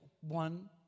one